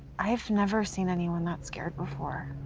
i've never seen anyone not scared before.